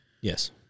Yes